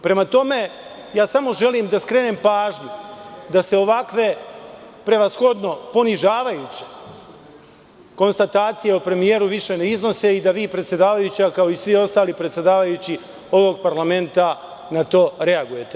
Prema tome, samo želim da skrenem pažnju da se ovakve prevashodno ponižavajuće konstatacije o premijeru više ne iznose i da vi predsedavajuća kao i svi ostali predsedavajući ovog parlamenta na to reagujete.